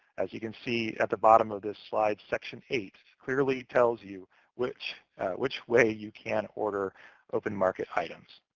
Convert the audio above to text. as you can see at the bottom of this slide, section eight clearly tells you which which way you can order open-market items.